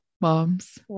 Moms